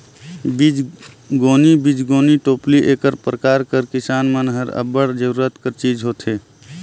बीजगोनी बीजगोनी टोपली एक परकार कर किसान मन बर अब्बड़ जरूरत कर चीज होथे